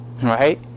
right